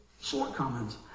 shortcomings